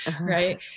right